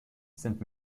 sind